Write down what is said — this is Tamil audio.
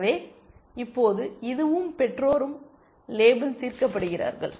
எனவே இப்போது இதுவும் பெற்றோரும் லேபிள் தீர்க்கப்படுகிறார்கள்